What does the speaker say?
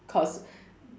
course